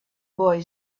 boy